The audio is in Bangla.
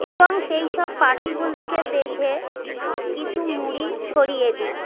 এবং সেই সব পাখিগুলিকে দেখে কিছু মুড়ি ছড়িয়ে দিই